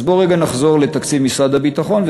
אז בוא רגע נחזור לתקציב משרד הביטחון,